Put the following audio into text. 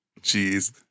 Jeez